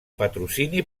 patrocini